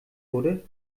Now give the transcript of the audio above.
wurde